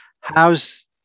how's